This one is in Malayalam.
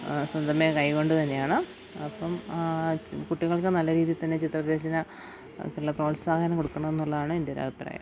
സ്വതമേ കൈകൊണ്ട് തന്നെയാന്ന് അപ്പം കുട്ടികൾക്ക് നല്ല രീതിയിൽ തന്നെ ചിത്രരചനയ്ക്കുള്ള പ്രോത്സാഹനം കൊടുക്കണമെന്നുള്ളതാണ് എൻ്റെ ഒര് അഭിപ്രായം